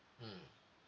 mmhmm